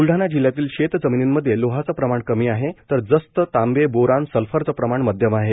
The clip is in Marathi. ब्ल ाणा जिल्ह्यातील शेत जमीनीमध्ये लोहाचं प्रमाण कमी आहे तर जस्त तांबे बोरान सल्फरचे प्रमाण मध्यम आहे